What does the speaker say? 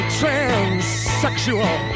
transsexual